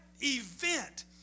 event